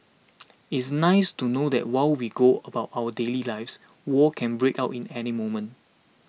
it's nice to know that while we go about our daily lives war can break out in any moment